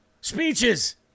speeches